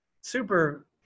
super